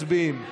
מצביעים.